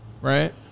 right